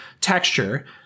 texture